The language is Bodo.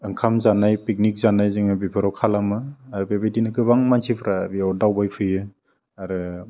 ओंखाम जानाय फिकनिक जानाय जोङो बेफोराव खालामो आरो बेबायदिनो गोबां मानसिफ्रा बेयाव दावबायफैयो आरो